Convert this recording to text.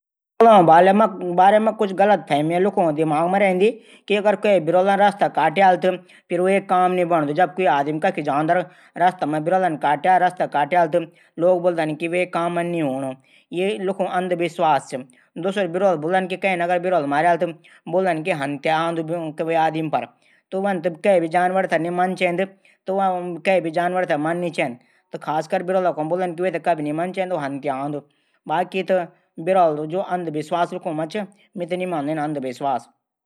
बिरलों बारे मा कुछ गलतफहमियां लोंगों दिमाग मा रैंदी। कि कै बिरला रस्ता काटियाली त जै काम कू आदमी जाणू ऊ काम नी बणदू। यह लूंखू अंधविश्वास चा। और अगर कैन बिरलू मारियाल त बुल्दन की हंन्यता भी आंदू। वन त कै भी जानवर नी मन चैंद। खासकर बिरलू त बिल्कुल ना।